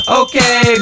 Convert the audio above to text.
okay